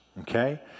Okay